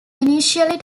initially